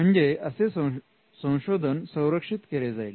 म्हणजे असे संशोधन संरक्षित केले जाईल